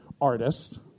artist